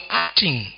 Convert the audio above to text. acting